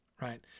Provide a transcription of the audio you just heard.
right